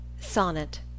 Sonnet